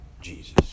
Jesus